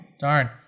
Darn